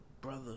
brother